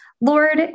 Lord